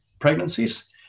pregnancies